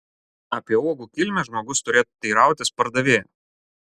apie uogų kilmę žmogus turėtų teirautis pardavėjo